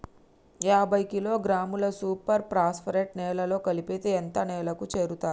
యాభై కిలోగ్రాముల super phosphate నేలలో కలిపితే ఎంత నేలకు చేరుతది?